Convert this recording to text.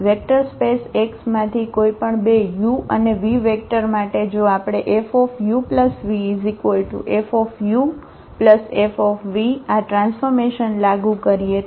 vector space X માંથી કોઈપણ બે u અને v વેક્ટર માટે જો આપણે FuvFuF આ ટ્રાન્સફોર્મેશન લાગુ કરીએ તો